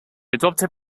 adopted